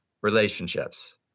relationships